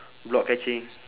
block catching